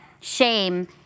shame